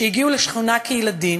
שהגיעו לשכונה כילדים,